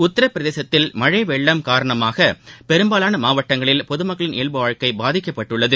உத்தரப்பிரதேசத்தில் மழை வெள்ளம் காரணமாக பெரும்பாவான மாவட்டங்களில் பொதுமக்களின் இயல்பு வாழ்க்கை பாதிக்கப்பட்டுள்ளது